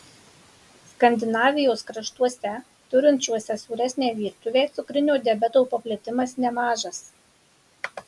skandinavijos kraštuose turinčiuose sūresnę virtuvę cukrinio diabeto paplitimas nemažas